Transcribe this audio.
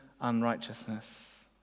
unrighteousness